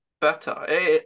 better